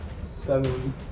seven